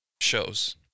shows